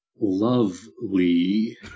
lovely